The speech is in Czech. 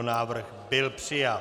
Návrh byl přijat.